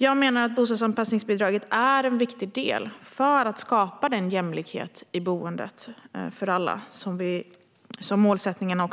Jag menar att bostadsanpassningsbidraget är en viktig del för att skapa den jämlikhet i boendet för alla som är målsättningen. Jag